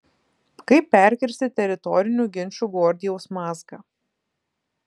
kaip perkirsti teritorinių ginčų gordijaus mazgą